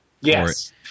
Yes